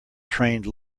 trained